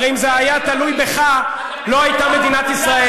הרי אם זה היה תלוי בך לא הייתה מדינת ישראל.